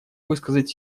высказать